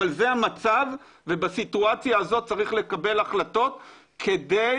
אבל זה המצב ובסיטואציה הזאת צריך לקבל החלטות נכונות